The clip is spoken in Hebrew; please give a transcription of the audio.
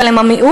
אבל הם המיעוט,